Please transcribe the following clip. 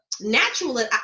natural